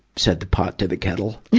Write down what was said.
said the pot to the kettle.